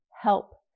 help